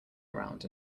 around